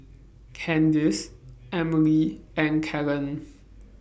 Candyce Emelie and Kellen